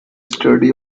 study